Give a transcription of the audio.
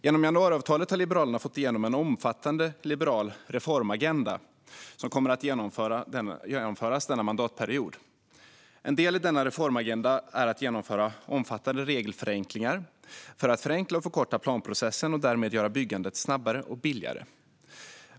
Genom januariavtalet har Liberalerna fått igenom en omfattande liberal reformagenda som kommer att genomföras denna mandatperiod. En del i denna reformagenda är att genomföra omfattande regelförenklingar för att förenkla och förkorta planprocessen och därmed göra byggandet snabbare och billigare.